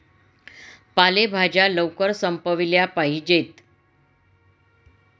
पालेभाज्या लवकर संपविल्या पाहिजेत